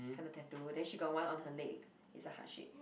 kind of tattoo then she got one on her leg it's a heart shape